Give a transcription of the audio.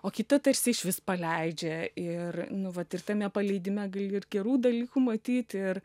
o kita tarsi išvis paleidžia ir nu vat ir tame paleidime gali ir gerų dalykų matyt ir